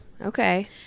Okay